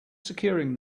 securing